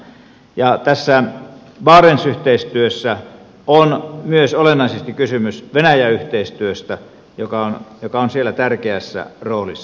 tässä barents yhteistyössä on myös olennaisesti kysymys venäjä yhteistyöstä joka on siellä tärkeässä roolissa